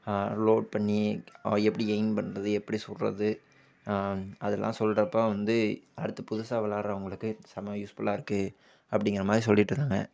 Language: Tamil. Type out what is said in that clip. லோட் பண்ணி அவன் எப்படி எயிம் பண்ணுறது எப்படி சுடுறது அதெலாம் சொல்லுறப்ப வந்து அடுத்து புதுசாக விளாயாடுறவங்களுக்கு செம யூஸ் ஃபுல்லாக இருக்குது அப்படிங்கற மாதிரி சொல்லிவிட்டு இருந்தாங்க